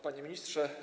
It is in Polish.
Panie Ministrze!